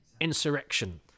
insurrection